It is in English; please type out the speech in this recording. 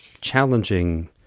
challenging